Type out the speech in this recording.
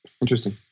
interesting